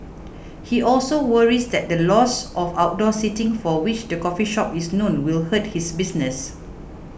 he also worries that the loss of outdoor seating for which the coffee shop is known will hurt his business